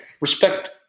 Respect